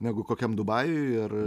negu kokiam dubajuj ar